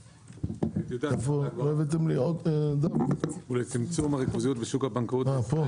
"טיוטת צו להגברת התחרות ולצמצום הריכוזיות בשוק הבנקאות בישראל